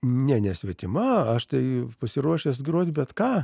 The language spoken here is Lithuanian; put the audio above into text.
ne ne svetima aš tai pasiruošęs grot bet ką